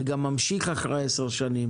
וגם ממשיך אחרי עשר שנים.